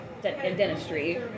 dentistry